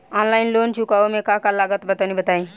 Online loan चुकावे म का का लागत बा तनि बताई?